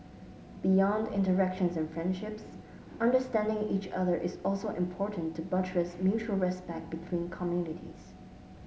beyond interactions and friendships understanding each other is also important to buttress mutual respect between communities